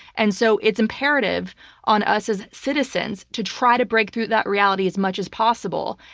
and so it's imperative on us as citizens to try to break through that reality as much as possible,